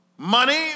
Money